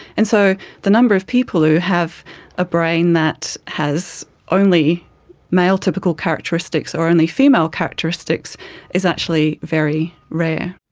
and so the number of people who have a brain that has only male typical characteristics or only female characteristics is actually very rare.